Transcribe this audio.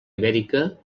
ibèrica